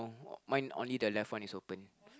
oh mine only the left one is open